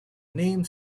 name